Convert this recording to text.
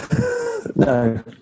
No